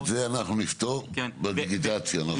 את זה אנחנו נפתור בדיגיטציה נכון?